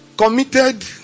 Committed